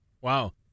Wow